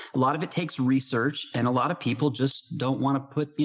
a lot of it takes research and a lot of people just don't want to put, you